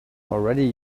already